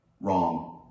Wrong